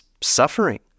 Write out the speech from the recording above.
suffering